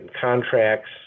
contracts